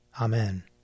Amen